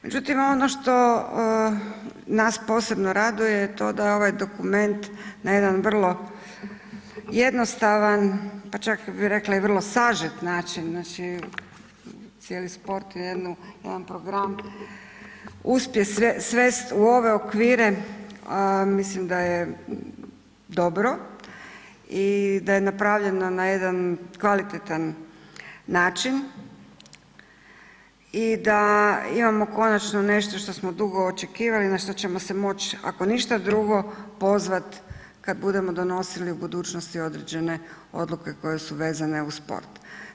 Međutim ono što nas posebno raduje to je da ovaj dokument na jedan vrlo jednostavan pa čak bih rekla i vrlo sažet način, znači cijeli sport je jedan program, uspjet svest u ove okvire mislim da je dobro i da je napravljeno na jedan kvalitetan način i da imamo konačno nešto što smo dugo očekivali, na što ćemo se moći ako ništa drugo pozvati kad budemo donosili u budućnosti određene odluke koje su vezane uz sport.